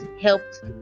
helped